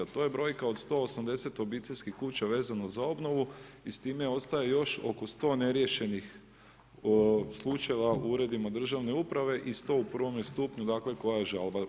To je brojka od 180 obiteljskih kuća vezano za obnovu i s time ostaje još oko 100 neriješenih slučajeva u uredima državne uprave i 100 u prvome stupnju, dakle koja je žalba.